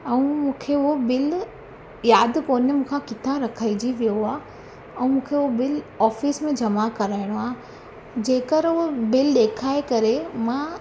ऐं मूंखे हूअ बिल यादि कोन्हे मूंखां किथा रखाइजी वियो आहे ऐं मूंखे हो बिल ऑफ़िस में जमा कराइणो आहे जेकर हूअ बिल ॾेखारे करे मां